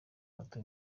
bato